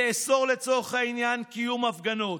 ולאסור, לצורך העניין, קיום הפגנות.